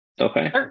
Okay